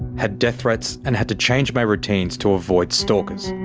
had death threats and had to change my routines to avoid stalkers.